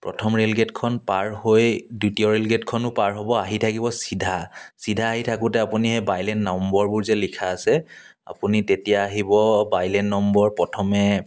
প্ৰথম ৰেইল গেটখন পাৰ হৈ দ্বিতীয় ৰেইল গেটখনো পাৰ হ'ব আহি থাকিব চিধা চিধা আহি থাকোঁতে আপুনি এই বাইলেন নম্বৰবোৰ যে লিখা আছে আপুনি তেতিয়া আহিব বাইলেন নম্বৰ প্ৰথমে